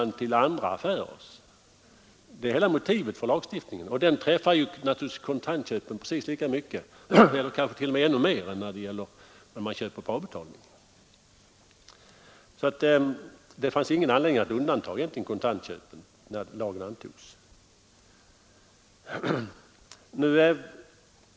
Det är detta som är hela motivet för lagstiftningen, och där träffas naturligtvis kontantköparna precis lika mycket — eller kanske t.o.m. ännu mer — än de som köper på avbetalning. Det fanns därför ingen anledning att undanta kontantköpen, när lagen antogs.